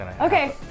Okay